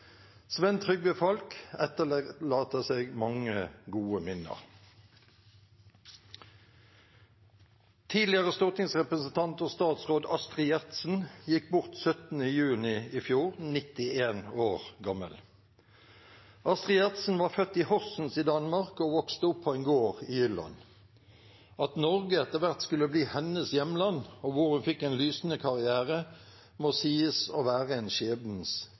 Sven Trygve Falck etterlater seg mange gode minner. Tidligere stortingsrepresentant og statsråd Astrid Gjertsen gikk bort den 17. juni i fjor, 91 år gammel. Astrid Gjertsen var født i Horsens i Danmark og vokste opp på en gård i Jylland. At Norge etter hvert skulle bli hennes hjemland og hvor hun fikk en lysende karriere, må sies å være en